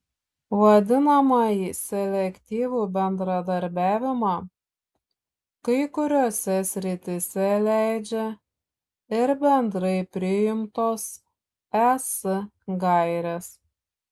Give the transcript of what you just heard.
vadinamąjį selektyvų bendradarbiavimą kai kuriose srityse leidžia ir bendrai priimtos es gairės